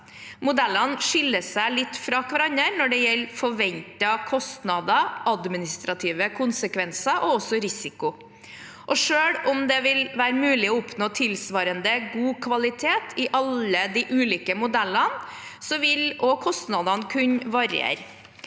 Modellene skiller seg litt fra hverandre når det gjelder forventede kostnader, administrative konsekvenser og også risiko. Selv om det vil være mulig å oppnå tilsvarende god kvalitet i alle de ulike modellene, vil også kostnadene kunne variere.